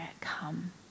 come